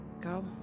go